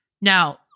Now